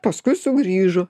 paskui sugrįžo